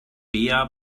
bea